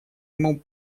ему